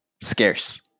scarce